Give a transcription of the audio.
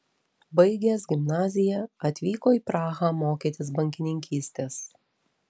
baigęs gimnaziją atvyko į prahą mokytis bankininkystės